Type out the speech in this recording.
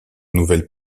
nouvelles